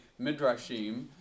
midrashim